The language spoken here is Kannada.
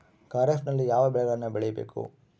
ಖಾರೇಫ್ ನಲ್ಲಿ ಯಾವ ಬೆಳೆಗಳನ್ನು ಬೆಳಿಬೇಕು?